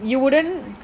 you wouldn't